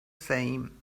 same